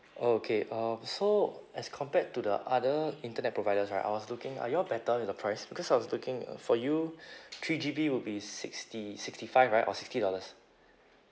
oh okay um so as compared to the other internet providers right I was looking are you all better with the price because I was looking uh for you three G_B will be sixty sixty five right or sixty dollars